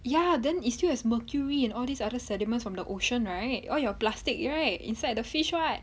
ya then it's still has mercury in all these other sediment from the ocean right all your plastic right inside the fish [what]